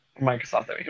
Microsoft